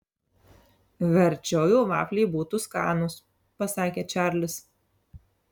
verčiau jau vafliai būtų skanūs pasakė čarlis